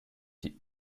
die